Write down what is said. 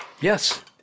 Yes